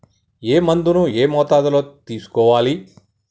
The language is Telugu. ఏ మందును ఏ మోతాదులో తీసుకోవాలి?